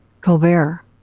Colbert